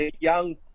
young